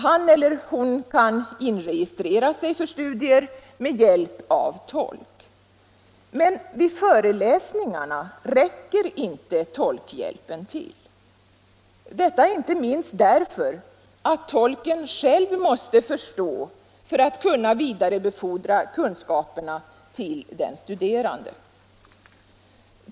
Han eller hon kan inregistrera sig för studier med hjälp av tolk, men vid föreläsningarna är tolkhjälpen otillräcklig, detta inte minst därför att tolken själv måste förstå för att kunna vidarebefordra kunskaperna till den studerande.